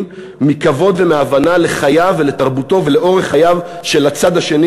מכבוד ומהבנה לחייו ולתרבותו ולאורח חייו של הצד השני,